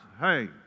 hey